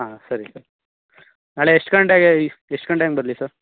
ಹಾಂ ಸರಿ ಸರ್ ನಾಳೆ ಎಷ್ಟು ಗಂಟೆಗೆ ಎಷ್ಟು ಗಂಟೆ ಹಂಗ್ ಬರಲಿ ಸರ್